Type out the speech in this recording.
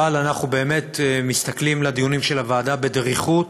אבל אנחנו באמת מסתכלים על הדיונים של הוועדה בדריכות